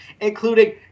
including